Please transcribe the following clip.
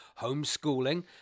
homeschooling